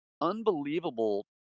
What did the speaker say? unbelievable